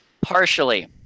Partially